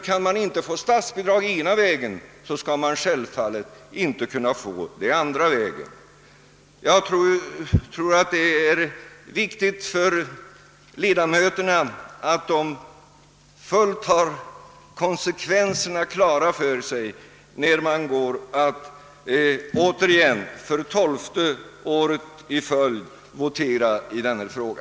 Kan man inte få statsbidrag ena vägen, så skall man självfallet inte heller kunna få det andra vägen. Jag tror att det är viktigt för ledamöterna att de har konsekvenserna helt klara för sig, när de går att återigen för tolfte året i följd votera i denna fråga.